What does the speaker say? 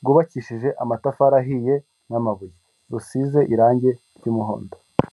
rwubakishije amatafari ahiye, n'amabuye rusize irangi ry'umuhondo.